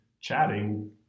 chatting